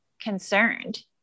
concerned